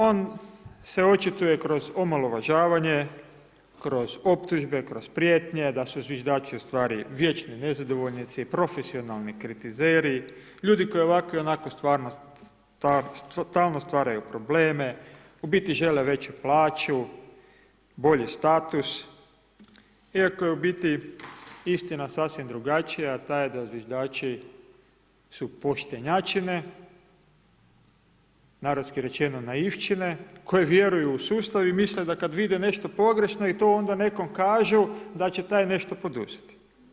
On se očituje kroz omalovažavanje, kroz optužbe, kroz prijetnje, da su zviždači ustvari vječni nezadovoljnici, profesionalni kritizeri, ljudi koji i ovako i onako stvarno stvaraju probleme, u biti žele veću plaću, bolji status iako je u biti istina sasvim drugačija a taj je da zviždači su poštenjačine, narodski rečeno naivčine koji vjeruju u sustav i misle da kada vide nešto pogrešno i to onda nekom kažu da će taj nešto poduzeti.